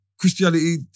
Christianity